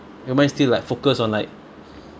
your mind is still like focus on like